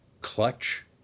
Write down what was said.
clutch